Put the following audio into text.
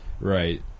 Right